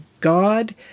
God